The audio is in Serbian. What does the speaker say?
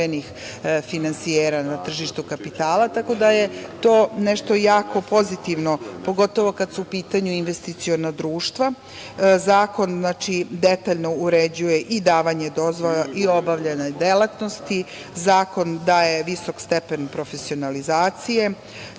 finansijera na tržištu kapitala. Tako da je to nešto jako pozitivno, pogotovo kad su u pitanju investiciona društva. Zakon detaljno uređuje i davanje dozvola i obavljanje delatnosti. Zakon daje visok stepen profesionalizacije,